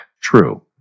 true